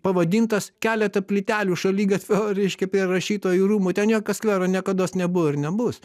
pavadintas keletą plytelių šaligatvio reiškia prie rašytojų rūmų ten jokio skvero niekados nebuvo ir nebus